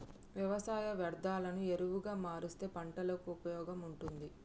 వ్యవసాయ వ్యర్ధాలను ఎరువుగా మారుస్తే పంటలకు ఉపయోగంగా ఉంటుంది